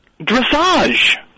Dressage